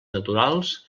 naturals